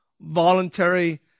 voluntary